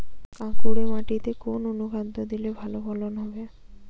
কাঁকুরে মাটিতে কোন অনুখাদ্য দিলে ভালো ফলন হবে?